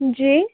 جی